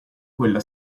quella